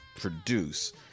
produce